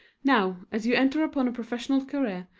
now, as you enter upon a professional career,